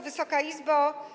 Wysoka Izbo!